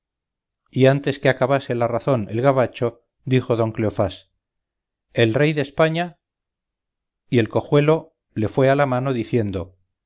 y antes que acabase la razón el gabacho dijo don cleofás el rey de españa y el cojuelo le fué a la mano diciendo